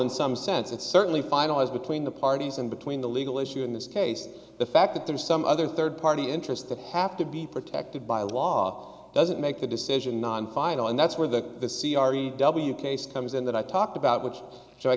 in some sense it's certainly finalized between the parties and between the legal issue in this case the fact that there are some other third party interests that have to be protected by law doesn't make the decision non final and that's where the the c r e w case comes in that i talked about which so i